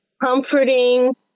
comforting